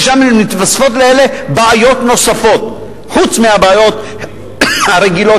שם מתווספות לאלה בעיות נוספות חוץ מהבעיות הרגילות